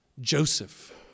Joseph